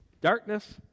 darkness